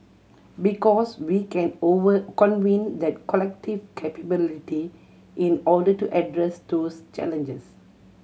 because we can over convene that collective capability in order to address those challenges